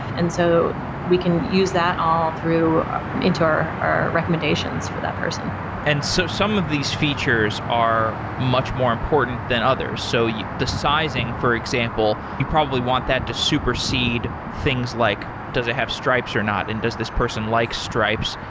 and so we can use that all through into our recommendations for that person and so some of these features are much more important than others. so the sizing for example, you probably want that to supersede things like does it have stripes or not and does this person like stripes.